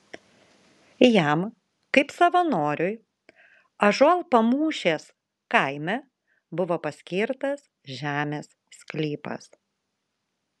jam kaip savanoriui ąžuolpamūšės kaime buvo paskirtas žemės sklypas